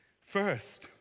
First